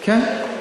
כן.